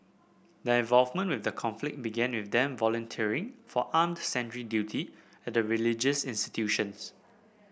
their involvement with the conflict began with them volunteering for armed sentry duty at the religious institutions